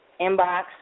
inbox